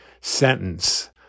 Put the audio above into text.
sentence